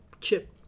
chip